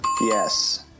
Yes